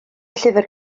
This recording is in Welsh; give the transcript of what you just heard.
llyfr